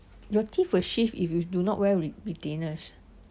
your teeth will shift if you do not wear retainers